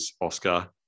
Oscar